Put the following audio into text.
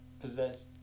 possessed